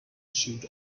shute